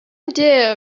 idea